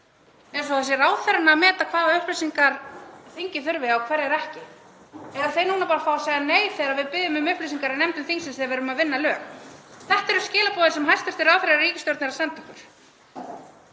eins og það sé ráðherranna að meta hvaða upplýsingar þingið þurfi og hverjar ekki. Eiga þeir núna bara að fá að segja nei þegar við biðjum um upplýsingar í nefndum þingsins þegar við erum að vinna lög? Þetta eru skilaboðin sem hæstv. ráðherrar í ríkisstjórn eru að senda okkur.